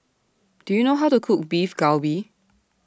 Do YOU know How to Cook Beef Galbi